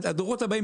אז הדורות הבאים,